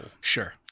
Sure